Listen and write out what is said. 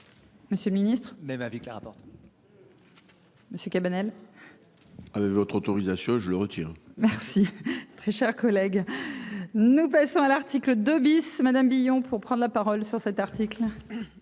Monsieur le Ministre même avec la rapporte. Monsieur Cabanel. Avec votre autorisation je le retire. Merci très chers collègues. Nous passons à l'article 2 bis Madame Billon pour prendre la parole sur cet article.